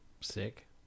Sick